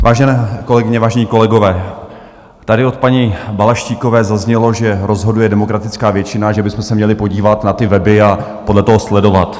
Vážené kolegyně, vážení kolegové, tady od paní Balaštíkové zaznělo, že rozhoduje demokratická většina a že bychom se měli podívat na ty weby a podle toho sledovat.